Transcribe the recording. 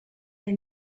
are